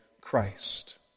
Christ